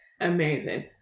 amazing